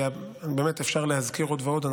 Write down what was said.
אפשר להזכיר עוד ועוד,